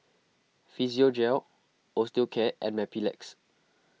Physiogel Osteocare and Mepilex